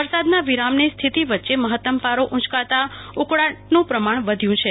વરસાદની વિરામની સ્થીતિ વચ્ચે મહત્તમ પારો ઉંચકાતા ઉકળાટનું પ્રમાણ વધ્યું છે